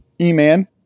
E-Man